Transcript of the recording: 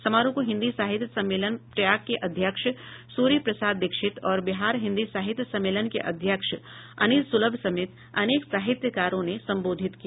समारोह को हिन्दी साहित्य सम्मेलन प्रयाग के अध्यक्ष सूर्य प्रसाद दीक्षित और बिहार हिन्दी साहित्य सम्मेलन के अध्यक्ष अनिल सुलभ समेत अनेक साहित्यकारों ने संबोधित किया